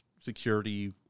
security